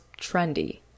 trendy